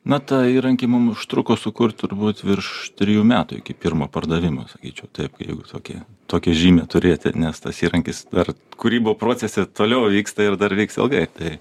na tą įrankį mum užtruko sukurt turbūt virš trijų metų iki pirmo pardavimo sakyčiau taip jeigu tokia tokia žymę turėti nes tas įrankis dar kūrybų procese toliau vyksta ir dar vyks ilgai tai